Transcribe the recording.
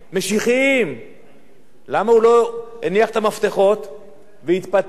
למה הוא לא הניח את המפתחות והתפטר בזמן שהוא היה בתפקיד?